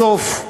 בסוף,